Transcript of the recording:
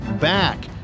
back